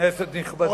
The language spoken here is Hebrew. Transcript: כנסת נכבדה,